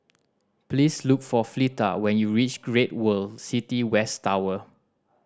please look for Fleeta when you reach Great World City West Tower